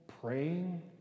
praying